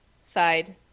Side